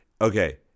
Okay